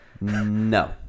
No